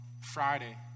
Friday